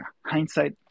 hindsight